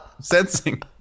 sensing